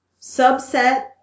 subset